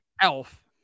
elf